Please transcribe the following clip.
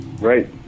Right